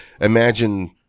imagine